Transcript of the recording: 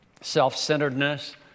Self-centeredness